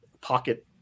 pocket